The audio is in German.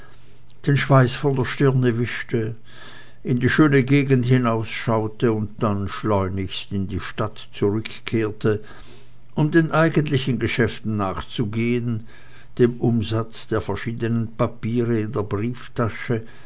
den schweiß von der stirn wischte in die schöne gegend hinausschaute und dann schleunigst in die stadt zurückkehrte um den eigentlichen geschäften nachzugehen dem umsatz der verschiedenen papiere in der brieftasche